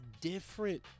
different